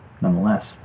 nonetheless